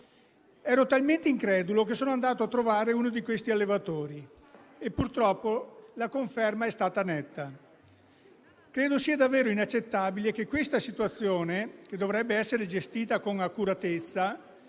Ero talmente incredulo che sono andato a trovare uno di questi allevatori e purtroppo la conferma è stata netta. Credo sia davvero inaccettabile che questa situazione, che dovrebbe essere gestita con accuratezza